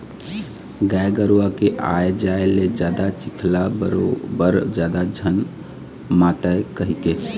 गाय गरूवा के आए जाए ले जादा चिखला बरोबर जादा झन मातय कहिके